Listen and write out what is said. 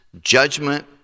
judgment